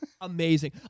Amazing